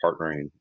partnering